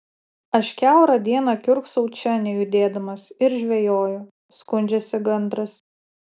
aš kiaurą dieną kiurksau čia nejudėdamas ir žvejoju skundžiasi gandras